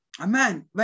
Amen